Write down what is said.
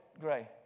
Gray